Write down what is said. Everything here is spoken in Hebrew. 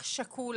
אח שכול,